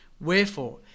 wherefore